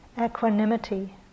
equanimity